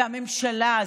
והממשלה הזאת,